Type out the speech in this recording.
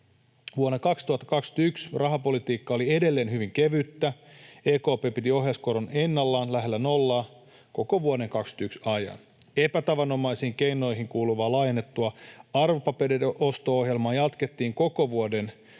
Vuonna 2021 rahapolitiikka oli edelleen hyvin kevyttä. EKP piti ohjauskoron ennallaan lähellä nollaa koko vuoden 2021 ajan. Epätavanomaisiin keinoihin kuuluvaa laajennettua arvopapereiden osto-ohjelmaa jatkettiin koko vuoden 2021